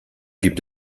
gibt